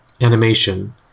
animation